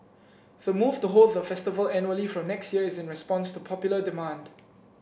the move to hold the festival annually from next year is in response to popular demand